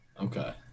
Okay